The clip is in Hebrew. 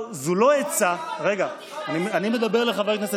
רגע, אני אענה לך.